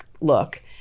look